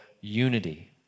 unity